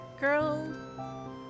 girl